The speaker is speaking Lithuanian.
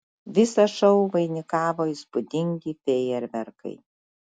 visą šou vainikavo įspūdingi fejerverkai